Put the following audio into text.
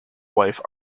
wife